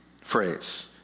phrase